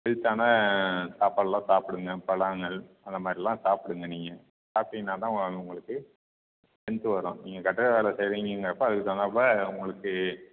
ஹெல்த்தான சாப்பாடுலாம் சாப்பிடுங்க பழங்கள் அந்த மாதிரிலாம் சாப்பிடுங்க நீங்கள் சாப்பிட்டிங்கனாதான் உங்களுக்கு தெம்பு வரும் நீங்கள் கரெக்டாக அதை செய்றீங்கங்கப்போ அதுக்கு தகுந்தாப்ல உங்களுக்கு